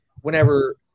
Whenever